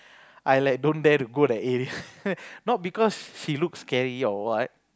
I like don't dare to go that area not because she look scary or what